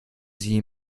sie